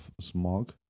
smog